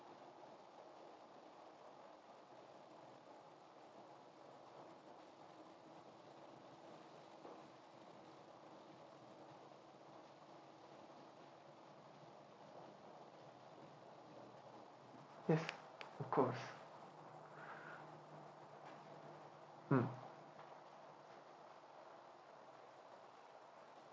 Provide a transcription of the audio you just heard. yes of course mm